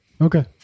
Okay